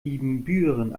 ibbenbüren